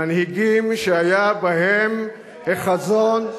מנהיגים שהיו בהם החזון,